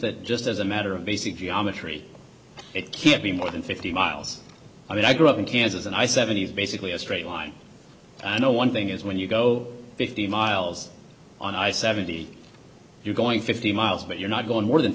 that just as a matter of basic geometry it can't be more than fifty miles i mean i grew up in kansas and i seventy is basically a straight line i know one thing is when you go fifty miles on i seventy you're going fifty miles but you're not going more than